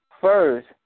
first